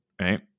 right